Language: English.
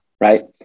Right